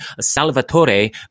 Salvatore